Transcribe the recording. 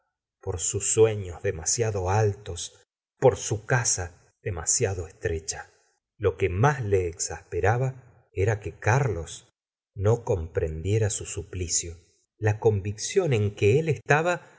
por sus sueños demasiado altos por su casa demasiado estrecha lo que más le exasperaba era que carlos no comprendiera su suplicio la convicción en que él estaba